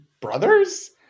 brothers